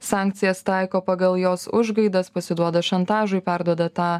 sankcijas taiko pagal jos užgaidas pasiduoda šantažui perduoda tą